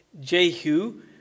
Jehu